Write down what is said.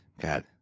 God